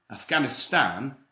Afghanistan